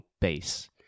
base